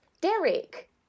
Derek